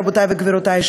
רבותי וגבירותי,